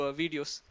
videos